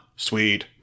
Sweet